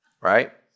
Right